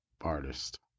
artist